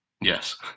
Yes